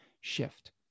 shift